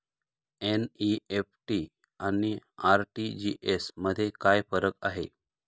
NEFT आणि RTGS मध्ये काय फरक आहे?